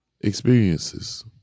experiences